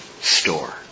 store